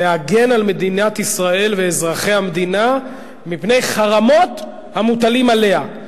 להגן על מדינת ישראל ואזרחיה מפני חרמות המוטלים עליה.